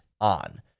ON